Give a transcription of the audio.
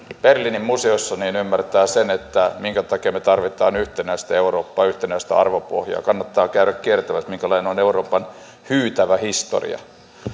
berliinin museossa niin ymmärtää sen minkä takia me tarvitsemme yhtenäistä eurooppaa yhtenäistä arvopohjaa kannattaa käydä kiertämässä minkälainen on euroopan hyytävä historia